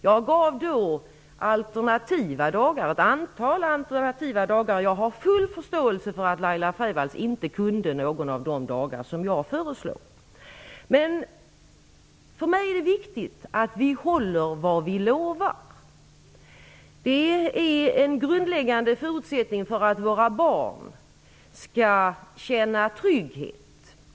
Jag gav då ett antal alternativa dagar, men jag har full förståelse för att Laila Freivalds inte kunde någon av de dagar som jag föreslog. För mig är det viktigt att vi håller vad vi lovar. Det är en grundläggande förutsättning för att våra barn skall känna trygghet.